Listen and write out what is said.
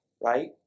right